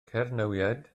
cernywiaid